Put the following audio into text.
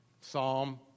Psalm